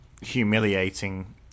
humiliating